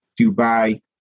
Dubai